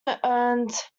earned